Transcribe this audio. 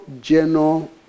general